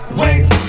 wait